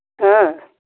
हाँ